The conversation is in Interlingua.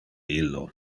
illo